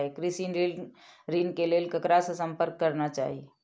कृषि ऋण के लेल ककरा से संपर्क करना चाही?